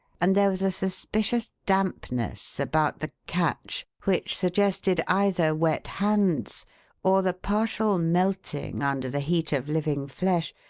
and there was a suspicious dampness about the catch, which suggested either wet hands or the partial melting, under the heat of living flesh,